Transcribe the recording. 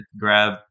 grab